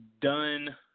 done –